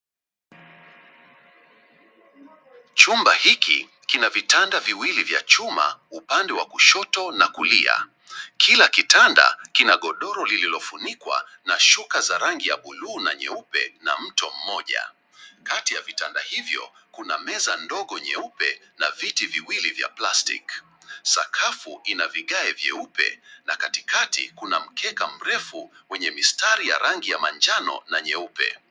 Chumba hiki kina vitanda viwili vya chuma upande wa kushoto na kulia. Kila kitanda kina godoro lililofunikwa na shuka za rangi ya bluu na nyeupe na mto mmoja. Kati ya vitanda hivyo kuna meza ndogo nyeupe na viti viwili vya plastiki. Sakafu ina vigae vieupa na katikati kuna mkeka mrefu wenye mistari ya rangi ya manjano na nyeupe.